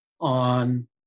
on